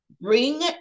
Bring